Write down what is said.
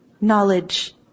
knowledge